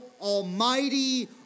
almighty